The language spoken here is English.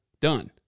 done